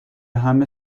همه